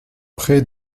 près